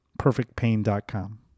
perfectpain.com